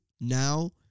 now